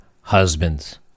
husbands